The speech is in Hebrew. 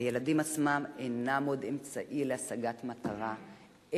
הילדים עצמם אינם עוד אמצעי להשגת מטרה,